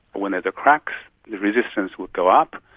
when it cracks, the resistance will go up.